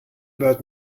bird